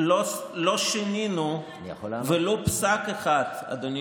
לא שינינו ולו פסק אחד בתקנון הכנסת,